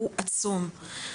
הוא עצום.